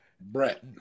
Brett